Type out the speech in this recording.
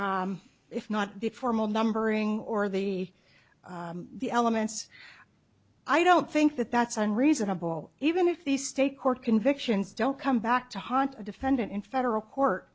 or if not the formal numbering or the the elements i don't think that that's unreasonable even if the state court convictions don't come back to haunt a defendant in federal court